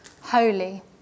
holy